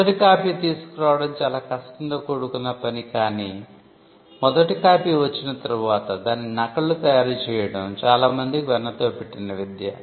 మొదటి కాపీ తీసుకు రావడం చాల కష్టంతో కూడుకున్న పని కానీ మొదటి కాపీ వచ్చిన తర్వాత దాని నకళ్ళు తయారు చేయడం చాలా మందికి వెన్నతో పెట్టిన విద్య